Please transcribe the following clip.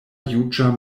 juĝa